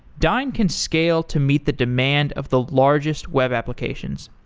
dyn can scale to meet the demand of the largest web applications.